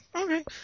Okay